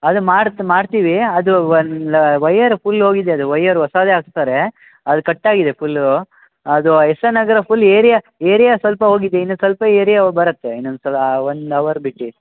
ಅದು ಮಾಡ್ತ್ಸ ಮಾಡ್ತೀವಿ ಅದು ಒಂದು ವಯರ್ ಫುಲ್ ಹೋಗಿದೆ ಅದು ವಯರ್ ಹೊಸಾದೆ ಹಾಕ್ಸ್ತಾರೆ ಅದು ಕಟ್ ಆಗಿದೆ ಫುಲ್ಲೂ ಅದು S R Nagar full area area ಸ್ವಲ್ಪ ಹೋಗಿದೆ ಇನ್ನು ಸ್ವಲ್ಪ ಏರಿಯಾ ಬರುತ್ತೆ ಇನ್ನೊಂದು ಸಲ ಒನ್ ಅವರ್ ಬಿಟ್ಟು